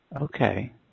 Okay